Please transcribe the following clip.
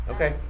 Okay